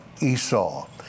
Esau